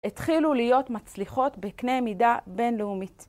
התחילו להיות מצליחות בקנה מידה בינלאומית.